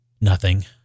Nothing